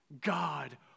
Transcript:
God